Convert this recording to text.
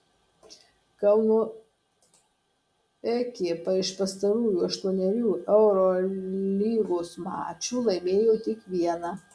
kauno ekipa iš pastarųjų aštuonerių eurolygos mačų laimėjo tik vieną